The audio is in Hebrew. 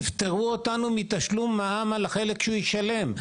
אבל תפטרו אותנו מתשלום מע"מ על החלק שהוא ישלם.